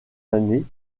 années